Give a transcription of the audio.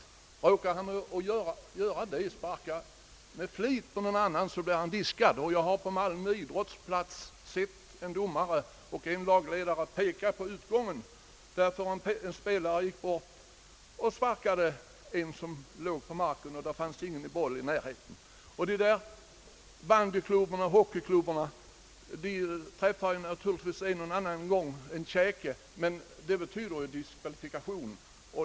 Sparkar han någon med flit blir han diskvalificerad. På Malmö idrottsplats har jag sett en domare och en lagledare peka på utgången sedan en spelare sparkat en motspelare som låg på marken vid ett tillfälle när bollen inte fanns i närheten. Bandyoch ishockeyklubborna träffar naturligtvis en eller annan gång en käke, men det medför ju diskvalifikation.